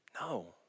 No